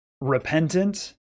repentant